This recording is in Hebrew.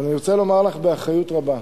אבל אני רוצה לומר לך באחריות רבה,